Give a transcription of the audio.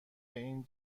این